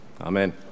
Amen